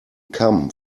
kamm